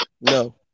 no